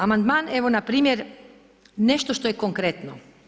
Amandman evo npr., nešto što je konkretno.